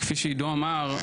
כפי שעידו אמר,